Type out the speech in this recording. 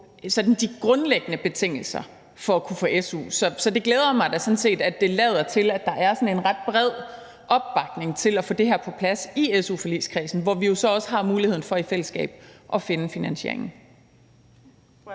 de grundlæggende betingelser for at kunne få su. Så det glæder mig da sådan set, at det lader til, at der er sådan en ret bred opbakning til at få det her på plads i su-forligskredsen, hvor vi jo så også har muligheden for i fællesskab at finde finansieringen.